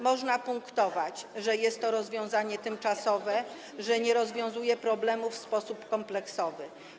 Można punktować, że jest to rozwiązanie tymczasowe, że nie rozwiązuje to problemów w sposób kompleksowy.